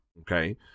Okay